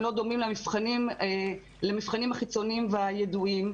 לא דומים למבחנים החיצוניים והידועים.